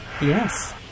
Yes